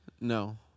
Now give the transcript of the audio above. No